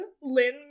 Lynn